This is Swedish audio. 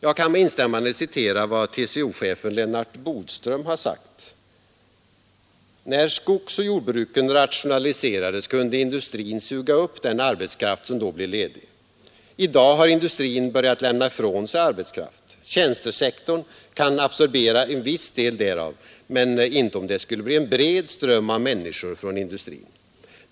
Jag kan med instämmande citera vad TCO-chefen Lennart Bodström har sagt: ”När skogsoch jordbruken rationaliserades kunde industrin suga upp den arbetskraft som då blev ledig. I dag har industrin börjat lämna ifrån sig arbetskraft. Tjänstesektorn kan absorbera en viss del därav men inte om det skulle bli en bred ström av människor från industrin.